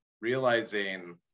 realizing